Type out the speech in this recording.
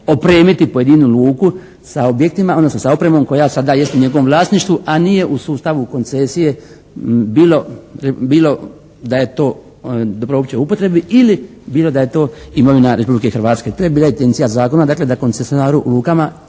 objektima, odnosno sa opremom koja sada jest u njegovom vlasništvu a nije u sustavu koncesije bilo da je to dobro u općoj upotrebi ili bilo da je to imovina Republike Hrvatske. To je bila intencija zakona, dakle, da koncesionaru u lukama